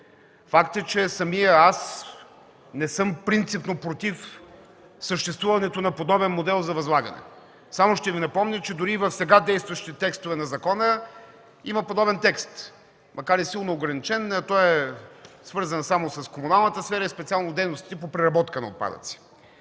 Факт е, че самият аз не съм принципно против съществуването на подобен модел за възлагане. Само ще Ви напомня, че дори и в сега действащите текстове на закона има подобен текст, макар и силно ограничен, той е свързан само с комуналната сфера и специално дейностите по преработка на отпадъци.